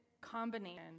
combination